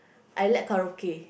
I like karaoke